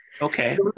Okay